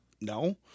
no